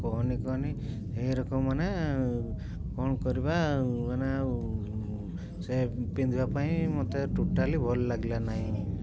କହନି କହନି ଏମାନେ କ'ଣ କରିବା ମାନେ ସେ ପିନ୍ଧିବା ପାଇଁ ମୋତେ ଟୋଟାଲି ଭଲ ଲାଗିଲା ନାହିଁ